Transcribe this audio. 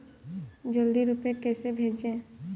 जल्दी रूपए कैसे भेजें?